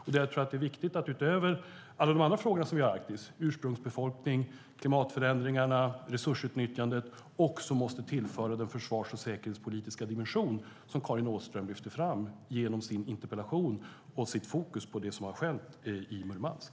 Jag tror att det är viktigt att vi utöver alla de andra frågor som rör Arktis, ursprungsbefolkning, klimatförändringar och resursutnyttjande, också måste tillföra den försvars och säkerhetspolitiska dimension som Karin Åström lyfter fram genom sin interpellation med fokus på det som har skett i Murmansk.